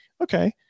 okay